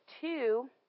two